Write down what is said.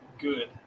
good